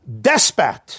despot